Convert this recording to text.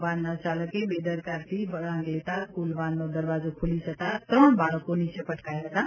વાનના ચાલકે બેદરકારીથી વળાંક લેતા સ્કુલવાનનો દરવાજો ખુલી જતા ત્રણ બાળકો નીચે પટકાયા હતાં